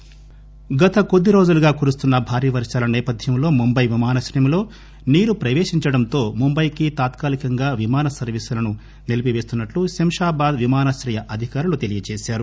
ముంబైః గత కొద్దిరోజులుగా కురుస్తున్స భారీ వర్షాల నేపథ్యంలో ముంబై విమానాశ్రయంలో నీరు ప్రపేశించడంతో ముంబైకి తాత్కాలీకంగా విమాన సర్వీసులను నిలిపిపేస్తున్నట్లు శంషాబాద్ విమానాశ్రయ అధికారులు తెలయజేశారు